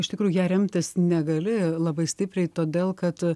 iš tikrųjų ja remtis negali labai stipriai todėl kad